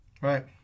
Right